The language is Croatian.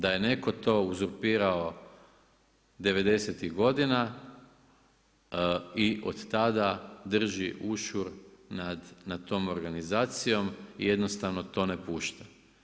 DA je netko to uzurpirao devedesetih godina i od tada drži ušur nad tom organizacijom jednostavno to ne pušta.